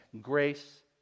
Grace